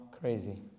crazy